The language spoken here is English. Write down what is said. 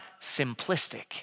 simplistic